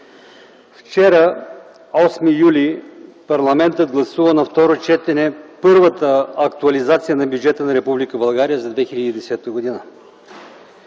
Вчера, 8 юли, парламентът гласува на второ четене първата актуализация на бюджета на Република